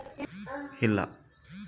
ನನಗ ಕೊನೆಯ ಮೂರು ತಿಂಗಳಿನ ವಿವರ ತಕ್ಕೊಡ್ತೇರಾ?